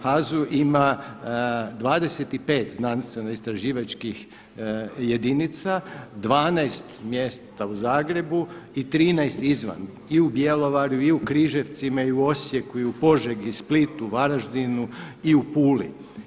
HAZU ima 25 znanstveno istraživačkih jedinica, 12 mjesta u Zagrebu i 13 izvan i u Bjelovaru i u Križevcima i u Osijeku i u Požegi, Splitu, Varaždinu i u Puli.